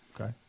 okay